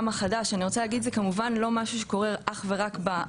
זה משהו שבשמונה שנים הקרובות זה הולך להיות האינטרנט שלנו,